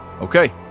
Okay